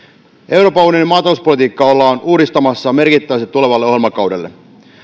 euroopan unionin maatalouspolitiikkaa ollaan uudistamassa merkittävästi tulevalle ohjelmakaudelle